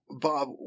Bob